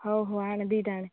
ହଉ ହଉ ଆଣେ ଦୁଇଟା ଆଣେ